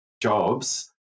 jobs